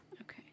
Okay